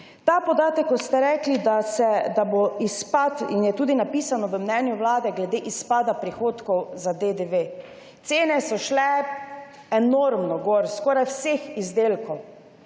Ta podatek, rekli ste, da bo izpad, in je tudi napisano v mnenju Vlade glede izpada prihodkov za DDV. Cene so šle enormno gor, skoraj vseh izdelkov.